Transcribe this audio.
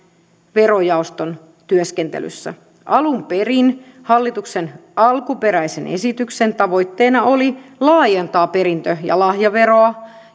verojaoston työskentelyssä alun perin hallituksen alkuperäisen esityksen tavoitteena oli laajentaa perintö ja lahjaveroa